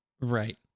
Right